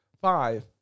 Five